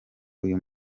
uyu